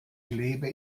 lebe